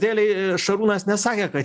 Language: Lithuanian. dėlei šarūnas nesakė kad